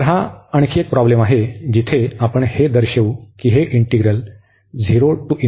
तर हा आणखी एक प्रॉब्लेम आहे जिथे आपण हे दर्शवू की हे इंटीग्रल कॉन्व्हर्ज होते